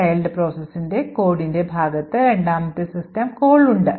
Child processൻറെ കോഡിന്റെ ഭാഗത്ത് രണ്ടാമത്തെ സിസ്റ്റം കോൾ ഉണ്ട്